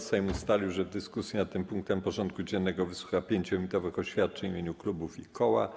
Sejm ustalił, że w dyskusji nad tym punktem porządku dziennego wysłucha 5-minutowych oświadczeń w imieniu klubów i koła.